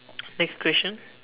next question